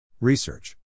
Research